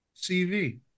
CV